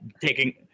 taking